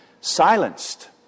silenced